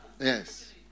Yes